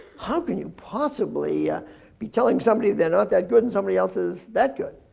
how can you possibly be telling somebody they're not that good and somebody else is that good?